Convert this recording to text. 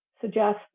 suggest